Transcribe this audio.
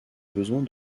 besoins